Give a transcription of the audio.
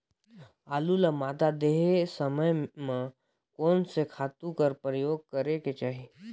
आलू ल मादा देहे समय म कोन से खातु कर प्रयोग करेके चाही?